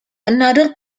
another